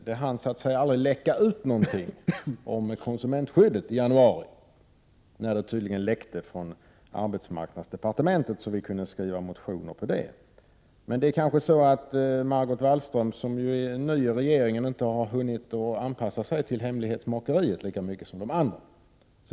Det hann så att säga aldrig läcka ut någonting om konsumentskyddet i januari, när det tydligen läckte från arbetsmarknadsdepartementet, så att vi kunde skriva motioner om saken. Måhända är det så att Margot Wallström som är ny i regeringen inte hunnit anpassa sig lika mycket till hemlighetsmakeriet?